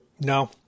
No